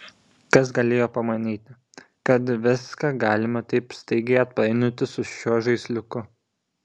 kas galėjo pamanyti kad viską galima taip staigiai atpainioti su šiuo žaisliuku